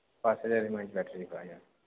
পার্সেলের মধ্যে ব্যাটারি পাওয়া যায় না